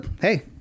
hey